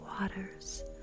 waters